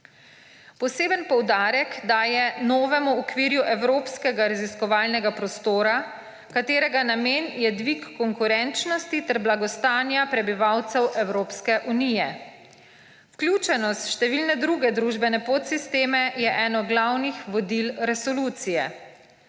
Poseben poudarek daje novemu okviru evropskega raziskovalnega prostora, katerega namen je dvig konkurenčnosti ter blagostanja prebivalcev Evropske unije. Vključenost v številne druge družbene podsisteme je eno glavnih vodil resolucije.